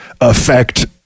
affect